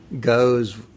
goes